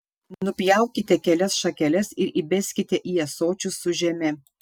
nupjaukite kelias šakeles ir įbeskite į ąsočius su žeme